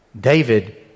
David